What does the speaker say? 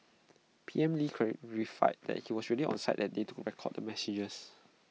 P M lee clarified that he was really on site that day to record the messages